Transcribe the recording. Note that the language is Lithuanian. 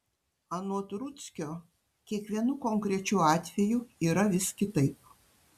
anot rudzkio kiekvienu konkrečiu atveju yra vis kitaip